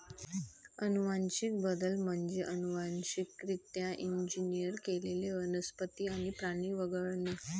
अनुवांशिक बदल म्हणजे अनुवांशिकरित्या इंजिनियर केलेले वनस्पती आणि प्राणी वगळणे